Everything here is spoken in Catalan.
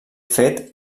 fet